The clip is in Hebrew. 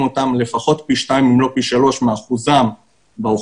אותם לפחות פי שניים אם לא פי שלוש מאחוזם באוכלוסייה.